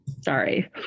sorry